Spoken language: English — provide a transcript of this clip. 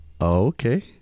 okay